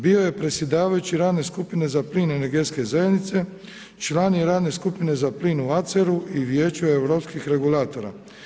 Bio je predsjedavajući radnoj skupini za plin energetske zajednice, član je radne skupine za plin u ACER-u i Vijeću europskih regulatora.